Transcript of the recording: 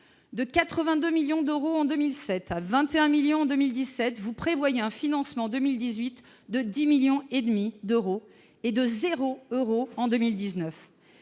De 82 millions d'euros en 2007 à 21 millions d'euros en 2017, vous prévoyez un financement pour 2018 de 10,5 millions d'euros et de zéro euro pour 2019.